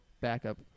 backup